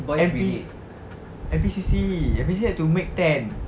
N_P N_P_C_C N_P_C_C have to make tent